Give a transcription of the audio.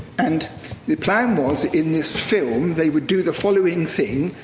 and the plan was, in this film, they would do the following thing.